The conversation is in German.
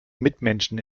mitmenschen